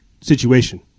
situation